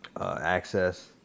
access